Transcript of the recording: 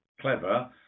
clever